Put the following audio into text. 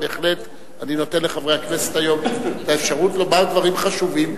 ובהחלט אני נותן לחברי הכנסת היום את האפשרות לומר דברים חשובים.